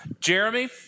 Jeremy